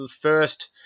first